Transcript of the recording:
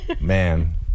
man